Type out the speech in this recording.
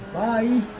i